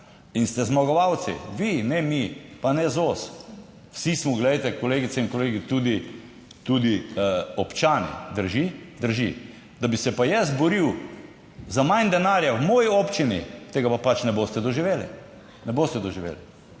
in ste zmagovalci vi, ne mi, pa ne ZOS. Vsi smo, glejte kolegice in kolegi tudi, tudi občani, drži? Drži. Da bi se pa jaz boril za manj denarja v moji občini, tega pa pač ne boste doživeli. Ne boste doživeli.